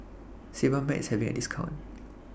Sebamed IS having A discount